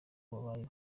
babayeho